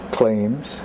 claims